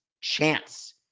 chance